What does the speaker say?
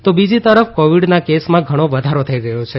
તો બીજી તરફ કોવિડના કેસમાં ઘણો વધારો નોંધાઇ રહ્યો છે